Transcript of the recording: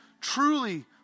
truly